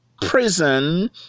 prison